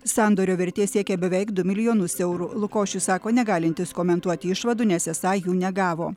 sandorio vertė siekia beveik du milijonas eurų lukošius sako negalintis komentuoti išvadų nes esą jų negavo